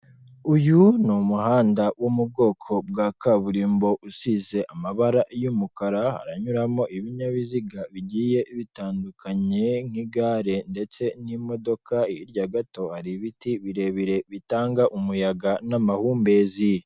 Uyu ni umuhanda wo mu bwoko bwa kaburimbo usize amabara y'umukara, haranyuramo ibinyabiziga bigiye bitandukanye nk'igare ndetse n'imodoka, hirya gato hari ibiti birebire bitanga umuyaga n'amahumbezi.